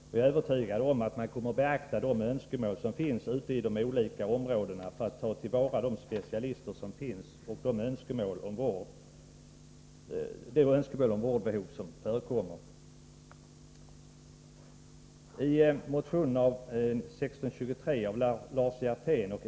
Jag är övertygad om att man kommer att beakta de önskemål som finns ute i de olika landstingen och ta till vara specialisterna för att tillgodose det vårdbehov som föreligger.